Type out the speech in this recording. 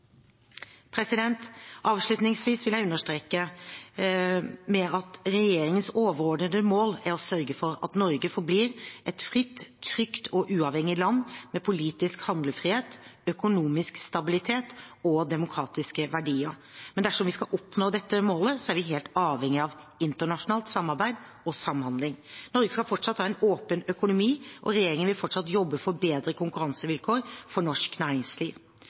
Avslutningsvis vil jeg understreke at regjeringens overordnede mål er å sørge for at Norge forblir et fritt, trygt og uavhengig land med politisk handlefrihet, økonomisk stabilitet og demokratiske verdier. Men dersom vi skal oppnå dette målet, er vi helt avhengig av internasjonalt samarbeid og samhandling. Norge skal fortsatt ha en åpen økonomi, og regjeringen vil fortsatt jobbe for bedre konkurransevilkår for norsk næringsliv.